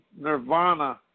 nirvana